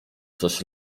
coś